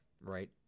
right